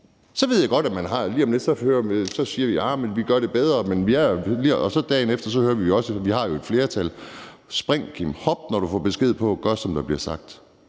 Så ved jeg godt, at lige om lidt siger de: Arh, men vi gør det bedre. Og dagen efter hører vi så også: Vi har jo et flertal; spring og hop, når du får besked på det, og gør, som der bliver sagt!